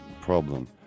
problem